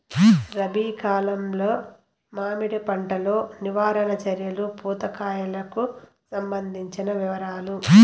రబి కాలంలో మామిడి పంట లో నివారణ చర్యలు పూత కాయలకు సంబంధించిన వివరాలు?